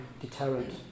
deterrent